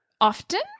often